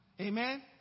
Amen